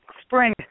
spring